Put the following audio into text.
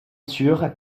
sûr